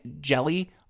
jelly